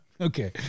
Okay